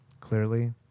clearly